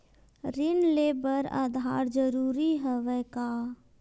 ऋण ले बर आधार जरूरी हवय का?